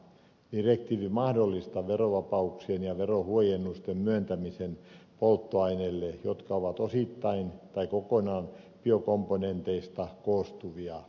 direktiivi mahdollistaa verovapauksien ja verohuojennusten myöntämisen polttoaineille jotka ovat osittain tai kokonaan biokomponenteista koostuvia